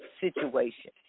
situation